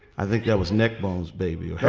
i think that was nick boles baby